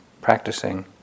practicing